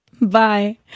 bye